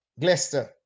Glester